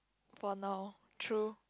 for now true